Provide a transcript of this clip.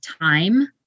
time